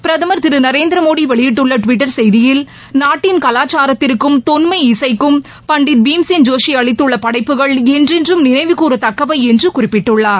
பிரதமர் திரு நரேந்திர மோடி வெளியிட்டுள்ள டுவிட்டர் செய்தியில் நாட்டின் கலச்சாரத்திற்கும் தொன்மை இசைக்கும் பண்டிட் பீம்சென் ஜோஷி அளித்துள்ள படைப்புகள் என்றென்றும் நினைவு கூற தக்கவை என்று குறிப்பிட்டுள்ளார்